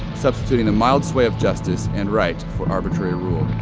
substituting the mild sway of justice and right for arbitrary rule